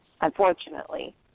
unfortunately